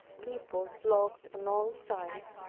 people flocked on all sides,